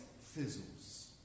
fizzles